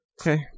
Okay